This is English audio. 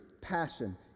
passion